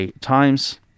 Times